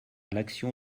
l’action